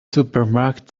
supermarket